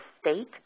state